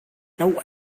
now